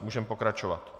Můžeme pokračovat.